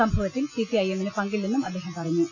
സംഭവത്തിൽ സിപിഐഎമ്മിന് പങ്കി ല്ലെന്നും അദ്ദേഹം പറഞ്ഞു